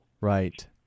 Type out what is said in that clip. Right